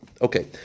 Okay